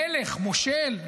מלך, מושל.